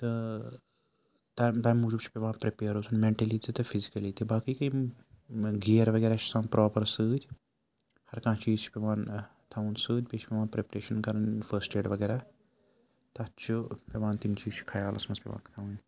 تہٕ تَمۍ تَمہِ موٗجوٗب چھِ پٮ۪وان پرٛٮ۪پیَر روزُن مٮ۪نٹٔلی تہِ تہٕ فِزِکٔلی تہِ باقٕے گٔے یِم گِیَر وغیرہ چھِ آسان پرٛاپر سۭتۍ ہرکانٛہہ چیٖز چھِ پٮ۪وان تھاوُن سۭتۍ بیٚیہِ چھِ پٮ۪وان پرٛٮ۪پریشَن کَرٕنۍ فٕسٹہٕ ایڈ وغیرہ تَتھ چھِ پٮ۪وان تِم چیٖز چھِ خیالَس منٛز پٮ۪وان تھاوٕنۍ